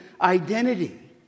identity